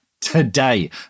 Today